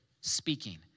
speaking